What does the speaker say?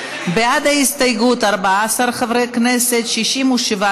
יוסף ג'בארין, אוסאמה